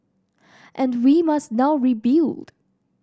and we must now rebuild